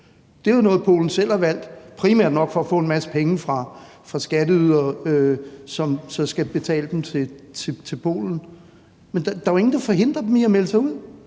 Det er jo noget, Polen selv har valgt, nok primært for at få en masse penge fra skatteydere, som så skal betale til Polen. Men der er jo ingen, der forhindrer dem i at melde sig ud.